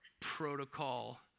protocol